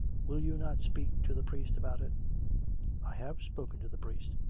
will you not speak to the priest about it i have spoken to the priest.